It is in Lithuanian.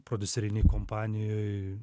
prodiuserinėj kompanijoj